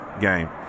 game